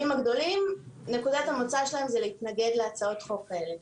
הגדולים זה להתנגד להצעות החוק האלה.